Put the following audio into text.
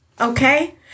Okay